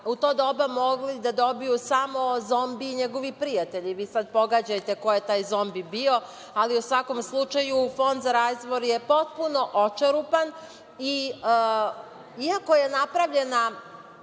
u to doba mogli da dobiju samo Zombi i njegovi prijatelji. Vi sad pogađajte ko je taj Zombi bio. Ali, u svakom slučaju, Fond za razvoj je potpuno očerupan i iako je napravljena